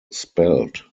spelled